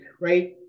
right